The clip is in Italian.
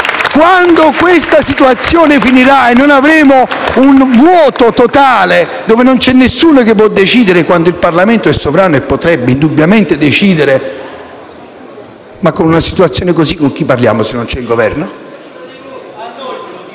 Quando questa situazione finirà e non avremo un vuoto totale dove non c'è nessuno che può decidere, quando il Parlamento è sovrano e potrebbe indubbiamente decidere... ma con una situazione così con chi parliamo, se non c'è il Governo?